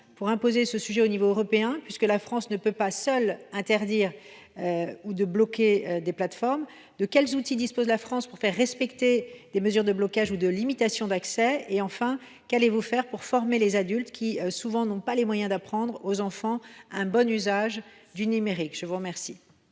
pour imposer ce sujet à l’échelon européen, puisque la France ne peut pas interdire ou bloquer seule des plateformes ? De quels outils notre pays dispose t il pour faire respecter des mesures de blocage ou de limitation d’accès ? Enfin, qu’allez vous faire pour former les adultes, qui, souvent, n’ont pas les moyens d’apprendre aux enfants un bon usage du numérique ? La parole